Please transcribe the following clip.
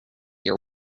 your